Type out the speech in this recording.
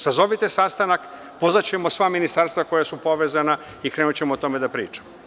Sazovite sastanak, pozvaćemo sva ministarstva koja su povezana i krenućemo o tome da pričamo.